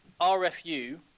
RFU